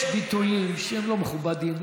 יש ביטויים שהם לא מכובדים,